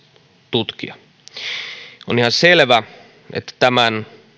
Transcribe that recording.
tutkia on ihan selvä että tämän